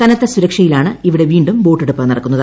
കനത്ത സുരക്ഷയിലാണ് ഇവിടെ വീണ്ടും വോട്ടെടുപ്പ് നടക്കുന്നത്